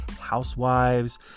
housewives